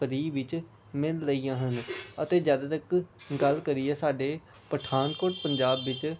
free ਵਿੱਚ ਮਿਲ ਰਹੀਆਂ ਹਨ ਅਤੇ ਜਦੋਂ ਤੱਕ ਗੱਲ ਕਰੀਏ ਸਾਡੇ ਪਠਾਨਕੋਟ ਪੰਜਾਬ ਵਿੱਚ